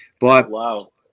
Wow